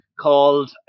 called